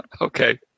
Okay